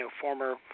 former